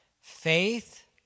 Faith